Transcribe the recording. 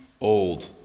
old